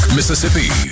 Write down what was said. Mississippi